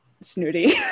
snooty